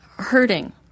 hurting